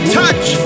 touch